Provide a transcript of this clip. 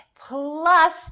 Plus